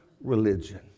religion